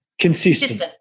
consistent